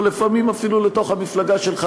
או לפעמים אפילו לתוך המפלגה שלך,